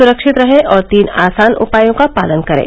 सुरक्षित रहें और तीन आसान उपायों का पालन करें